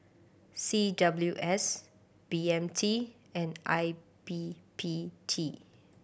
C W S B M T and I B P T